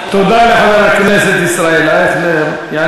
תודה לחבר הכנסת ישראל אייכלר.